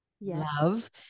love